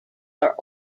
are